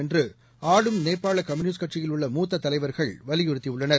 என்று ஆளும் நேபாள கம்யூனிஸ்ட் கட்சியில் உள்ள மூத்த தலைவர்கள் வலியுறுத்தியுள்ளனர்